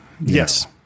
Yes